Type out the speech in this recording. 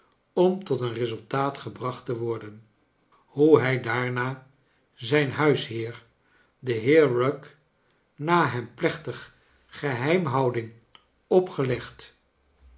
om tot een resultaat gebracht te worden hoe hij daarna zijn huisheer den heer rugg na hem plechtig gcheimhouding opgelegd